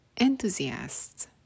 enthusiasts